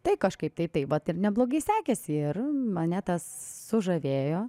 tai kažkaip tai taip vat ir neblogai sekėsi ir mane tas sužavėjo